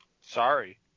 sorry